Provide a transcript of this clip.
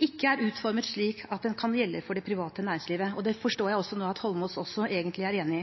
ikke er utformet slik at den kan gjelde for det private næringslivet, og det forstår jeg nå at Eidsvoll Holmås egentlig også er enig